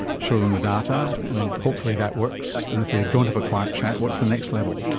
show them the data, and hopefully that works. and if they don't have a quiet chat, what's the next level?